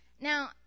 Now